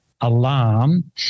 alarm